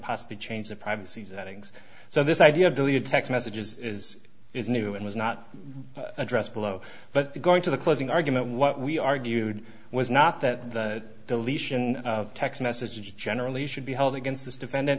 possibly change their privacy settings so this idea of deleted text messages is is new and was not addressed below but going to the closing argument what we argued was not that the deletion of text messages generally should be held against this defendant